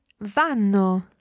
Vanno